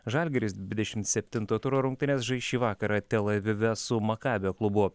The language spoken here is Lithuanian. žalgiris dvidešimt septinto turo rungtynes žais šį vakarą tel avive su makabio klubu